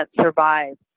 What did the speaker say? survive